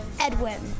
Edwin